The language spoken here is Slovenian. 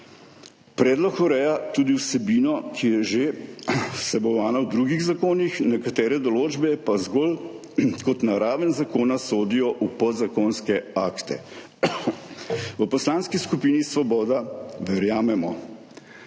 Predlog ureja tudi vsebino, ki je že vsebovana v drugih zakonih, nekatere določbe pa bolj kot na raven zakona sodijo v podzakonske akte. V Poslanski skupini Svoboda verjamemo,